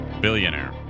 Billionaire